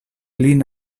lin